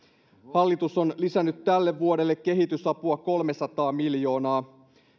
hallitus on lisännyt tälle vuodelle kehitysapua kolmesataa miljoonaa